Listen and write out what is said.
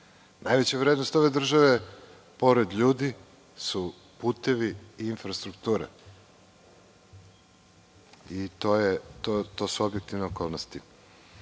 Najveća vrednost ove države, pored ljudi, su putevi i infrastruktura. To su objektivne okolnosti. Neću